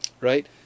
right